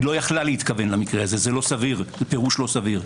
זה פירוש לא סביר.